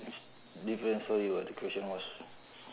different so your the question was